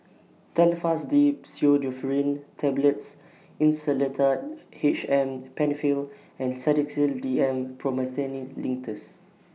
Telfast D Pseudoephrine Tablets Insulatard H M PenFill and Sedilix D M Promethazine Linctus